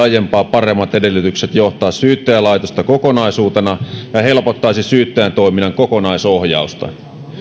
paremmat edellytykset johtaa syyttäjälaitosta kokonaisuutena ja helpottaisi syyttäjän toiminnan kokonaisohjausta